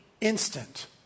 instant